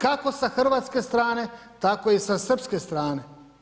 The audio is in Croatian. Kako sa hrvatske strane, tako i sa srpske strane.